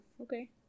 okay